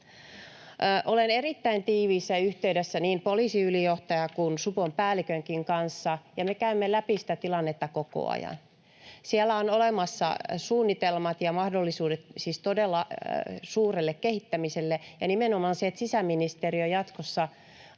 Olen erittäin tiiviissä yhteydessä niin poliisiylijohtajan kuin supon päällikönkin kanssa, ja me käymme läpi sitä tilannetta koko ajan. Siellä on olemassa suunnitelmat ja mahdollisuudet todella suurelle kehittämiselle, ja nimenomaan sisäministeriö jatkossa